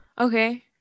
Okay